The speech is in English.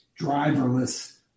driverless